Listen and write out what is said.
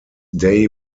day